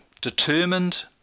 determined